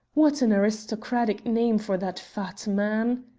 what an aristocratic name for that fat man.